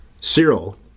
Cyril